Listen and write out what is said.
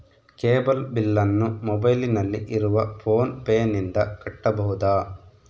Cable ಬಿಲ್ಲನ್ನು ಮೊಬೈಲಿನಲ್ಲಿ ಇರುವ ಫೋನ್ ಪೇನಿಂದ ಕಟ್ಟಬಹುದಾ?